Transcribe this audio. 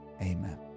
Amen